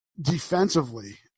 defensively